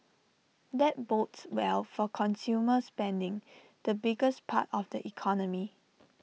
that bodes well for consumer spending the biggest part of the economy